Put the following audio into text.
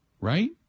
right